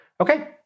Okay